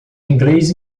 inglês